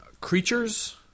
creatures